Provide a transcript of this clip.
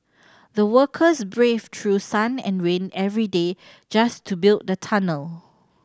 the workers braved through sun and rain every day just to build the tunnel